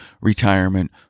retirement